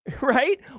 right